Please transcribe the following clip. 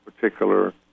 particular